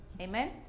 Amen